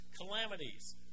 calamities